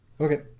Okay